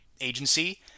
agency